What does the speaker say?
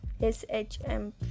shm